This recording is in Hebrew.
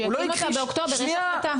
שיקים אותה באוקטובר, יש החלטה.